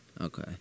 Okay